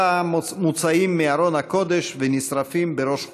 מוצאים מארון הקודש ונשרפים בראש חוצות,